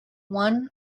one